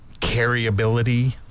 carryability